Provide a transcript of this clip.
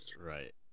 right